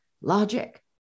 logic